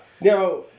Now